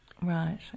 Right